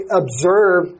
observe